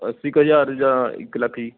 ਅੱਸੀ ਕੁ ਹਜ਼ਾਰ ਜਾਂ ਇੱਕ ਲੱਖ ਜੀ